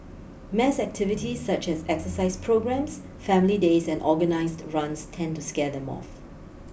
mass activities such as exercise programmes family days and organised runs tend to scare them off